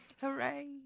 Hooray